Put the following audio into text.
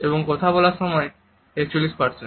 এবং কথা বলার সময় 41